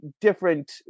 different